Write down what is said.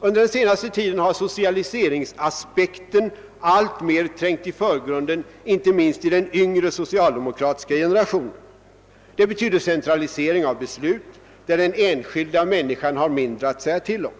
Under den senaste tiden har socialiseringsaspekten alltmera trängt i förgrunden, inte minst i den yngre socialdemokratiska generationen. Det betyder centralisering av beslut, och den enskilda människan får mindre att säga till om.